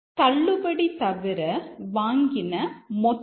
தள்ளுபடி தவிர வாங்கின மொத்த விலை என்ன